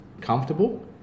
comfortable